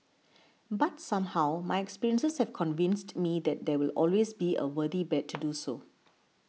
but somehow my experiences have convinced me that it will always be a worthy bet to do so